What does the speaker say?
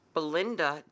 Belinda